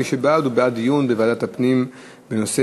מי שבעד הוא בעד דיון בוועדת הפנים בנושא